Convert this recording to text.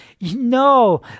no